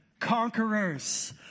conquerors